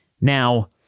Now